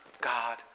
God